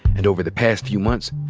and over the past few months,